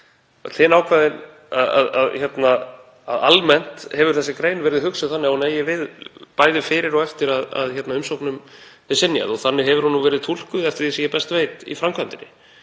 auðvitað að almennt hefur þessi grein verið hugsuð þannig að hún eigi við bæði fyrir og eftir að umsóknum er synjað og þannig hefur hún verið túlkuð eftir því sem ég best veit í framkvæmdinni.